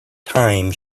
thyme